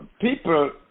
people